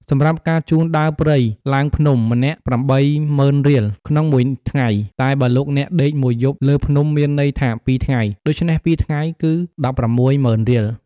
សម្រាប់ការជូនដើរព្រៃ ឡើងភ្នំ ម្នាក់៨០,០០០រៀល ក្នុងមួយថ្ងៃ តែបើលោកអ្នក ដេកមួយយប់លើភ្នំមានន័យថា២ថ្ងៃ ដូច្នេះ២ថ្ងៃ គឺ១៦០,០០០រៀល។